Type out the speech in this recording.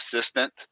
assistant